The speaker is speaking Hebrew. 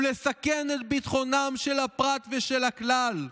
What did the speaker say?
ולסכן את ביטחונם של הפרט ושל הכלל".